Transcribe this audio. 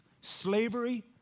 Slavery